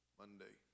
monday